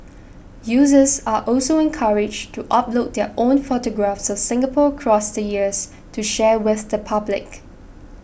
users are also encouraged to upload their own photographs of Singapore across the years to share with the public